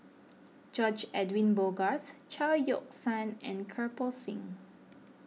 George Edwin Bogaars Chao Yoke San and Kirpal Singh